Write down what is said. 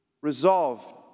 resolved